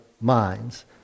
minds